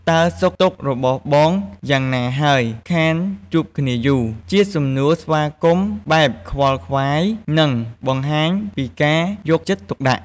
តើសុខទុក្ខរបស់បងយ៉ាងណាហើយ ខានជួបគ្នាយូរ? ជាសំណួរស្វាគមន៍បែបខ្វល់ខ្វាយ និង បង្ហាញពីការយកចិត្តទុកដាក់។